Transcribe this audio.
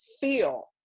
feel